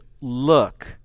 look